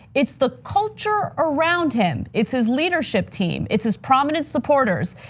it's the culture around him. it's his leadership team. it's his prominent supporters.